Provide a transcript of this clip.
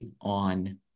on